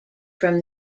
from